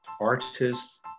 artists